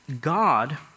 God